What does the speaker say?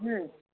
হুম